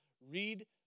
read